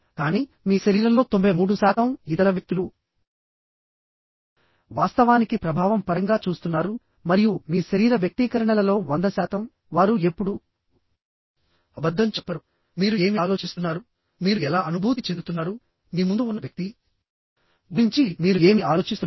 కానీ మీ శరీరంలో 93 శాతం ఇతర వ్యక్తులు వాస్తవానికి ప్రభావం పరంగా చూస్తున్నారు మరియు మీ శరీర వ్యక్తీకరణలలో 100 శాతం వారు ఎప్పుడూ అబద్ధం చెప్పరు మీరు ఏమి ఆలోచిస్తున్నారు మీరు ఎలా అనుభూతి చెందుతున్నారు మీ ముందు ఉన్న వ్యక్తి గురించి మీరు ఏమి ఆలోచిస్తున్నారు